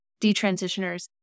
detransitioners